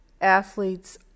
athletes